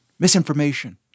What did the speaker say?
misinformation